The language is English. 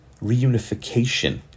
reunification